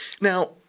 Now